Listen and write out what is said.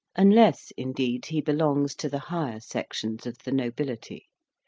unless indeed he belongs to the higher sections of the nobility.